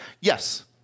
Yes